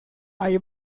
hay